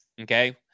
okay